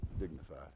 dignified